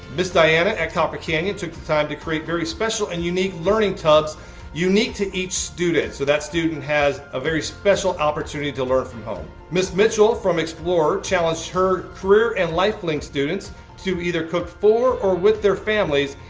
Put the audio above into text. miss diana at copper canyon took the time to create very special and unique learning tubs unique to each student, so that student has a very special opportunity to learn from home. miss mitchell from explorer challenged her career and life links students to either cook for or with their families,